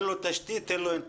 אין לו תשתית, אין לו אינטרנט.